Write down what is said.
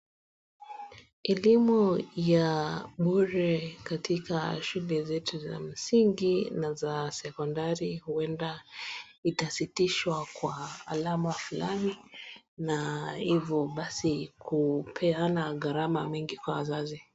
Elimu ya bure katika shule zetu za msingi na za sekondari huenda itasitishwa ka alama fulani na hivo basi kupeana gharama nyingi kwa wazazi.